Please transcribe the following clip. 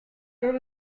group